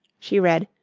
she read